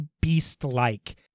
beast-like